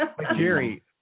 Jerry